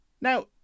Now